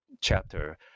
chapter